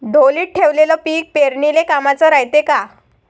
ढोलीत ठेवलेलं पीक पेरनीले कामाचं रायते का?